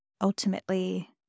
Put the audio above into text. ultimately